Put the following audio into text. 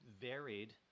varied